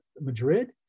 Madrid